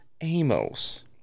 Amos